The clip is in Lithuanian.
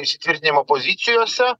įsitvirtinimo pozicijose